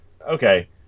okay